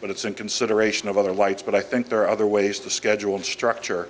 but it's in consideration of other lights but i think there are other ways to schedule structure